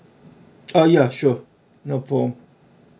ah ya sure no problem